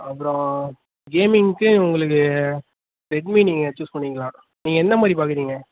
அப்புறம் கேமிங்க்கு உங்களுக்கு ரெட்மி நீங்கள் சூஸ் பண்ணிக்கலாம் நீங்கள் எந்தமாதிரி பார்க்குறீங்க